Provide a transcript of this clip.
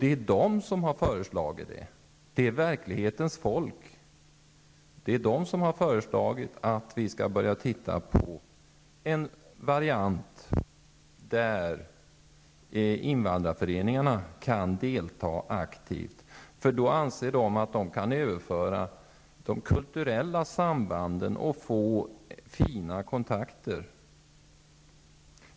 Det är dessa invandrare, verklighetens folk, som har föreslagit att man skall börja se på en variant, där invandrarföreningarna kan delta aktivt. Då kan de kulturella sambanden överföras, samtidigt som det skapas bra kontakter.